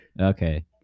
Okay